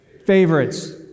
Favorites